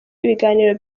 ibiganiro